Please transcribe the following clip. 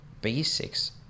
basics